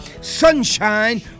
Sunshine